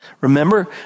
Remember